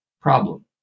problem